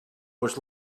was